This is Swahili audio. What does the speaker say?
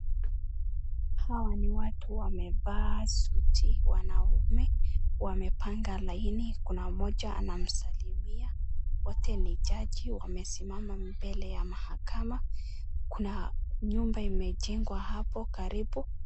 Hao ni watu wamevaa suti wanaume, wamepanga laini, kuna mmoja anawasalimia, wote ni jaji wamesimama mbele ya mahakama, nyumba imejengwa hapo karibu.